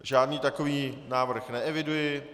Žádný takový návrh neeviduji.